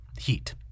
heat